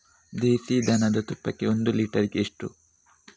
ದೇಸಿ ದನದ ತುಪ್ಪಕ್ಕೆ ಒಂದು ಲೀಟರ್ಗೆ ಎಷ್ಟು?